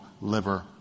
liver